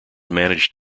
managed